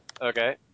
Okay